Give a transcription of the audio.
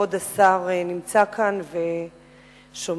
שכבוד השר נמצא כאן ושומע.